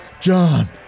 John